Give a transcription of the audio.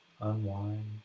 unwind